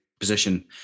position